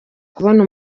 kubona